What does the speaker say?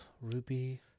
ruby